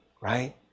right